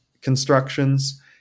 constructions